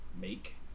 make